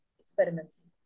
experiments